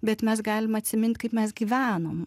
bet mes galim atsimint kaip mes gyvenom